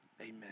amen